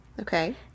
Okay